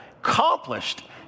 accomplished